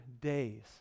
days